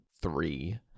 three